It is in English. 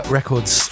Records